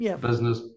business